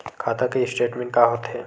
खाता के स्टेटमेंट का होथे?